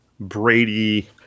Brady